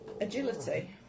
Agility